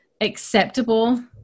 acceptable